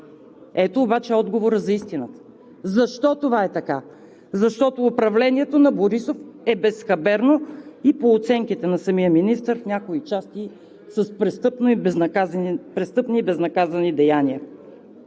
Ето обаче отговора за истината. Защо това е така? Защото управлението на Борисов е безхаберно и по оценките на самия министър в някои части с престъпни и безнаказани деяния.